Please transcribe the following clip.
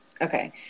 Okay